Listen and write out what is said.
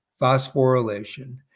phosphorylation